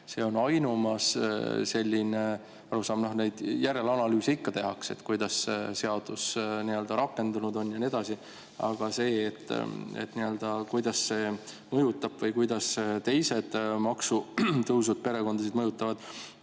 see on ainumas selline arusaam? Järelanalüüse ikka tehakse, kuidas seadus on rakendunud ja nii edasi. Aga selles osas, kuidas see mõjutab või kuidas teised maksutõusud perekondasid mõjutavad,